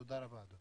תודה רבה, אדוני.